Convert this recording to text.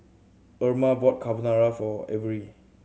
Erma bought Carbonara for Avery